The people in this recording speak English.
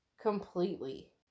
completely